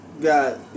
got